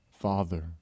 father